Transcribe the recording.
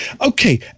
Okay